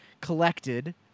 collected